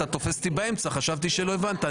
אתה תופס אותי באמצע, חשבתי שלא הבנת.